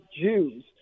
jews